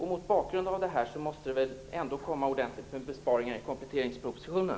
Mot bakgrund av detta måste det väl ändå komma förslag på ordentliga besparingar i kompletteringspropositionen?